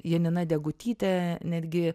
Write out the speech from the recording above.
janina degutytė netgi